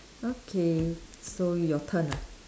okay so your turn ah